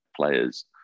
players